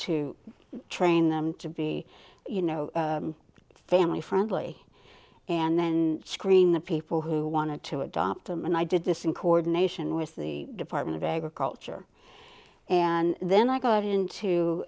to train them to be you know family friendly and then screen the people who wanted to adopt them and i did this in coordination with the department of agriculture and then i got